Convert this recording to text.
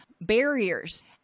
barriers